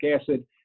acid